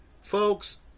Folks